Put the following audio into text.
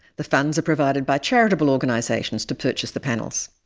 the funds are provided by charitable organisations to purchase the panels,